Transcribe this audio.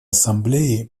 ассамблеи